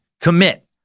commit